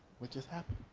what just happened.